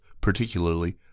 particularly